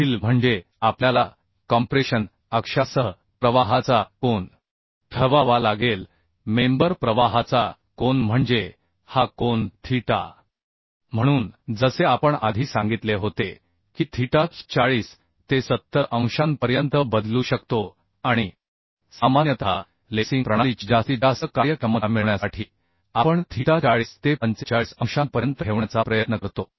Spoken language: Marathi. पुढील म्हणजे आपल्याला कॉम्प्रेशन अक्षासह प्रवाहाचा कोन ठरवावा लागेल मेंबर प्रवाहाचा कोन म्हणजे हा कोन थीटा म्हणून जसे आपण आधी सांगितले होते की थीटा 40 ते 70 अंशांपर्यंत बदलू शकतो आणि सामान्यतः लेसिंग प्रणालीची जास्तीत जास्त कार्यक्षमता मिळविण्यासाठी आपण थीटा 40 ते 45 अंशांपर्यंत ठेवण्याचा प्रयत्न करतो